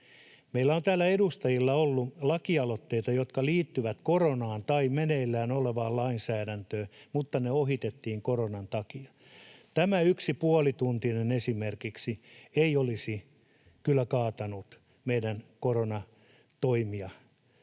Meillä on täällä edustajilla ollut lakialoitteita, jotka liittyvät koronaan tai meneillään olevaan lainsäädäntöön, mutta ne ohitettiin koronan takia. Esimerkiksi tämä yksi puolituntinen ei olisi kyllä kaatanut meidän koronatoimia